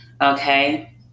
Okay